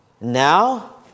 Now